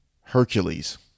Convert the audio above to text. Hercules